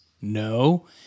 No